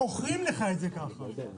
מוכרים לך את זה ככה,